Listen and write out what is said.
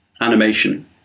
animation